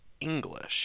English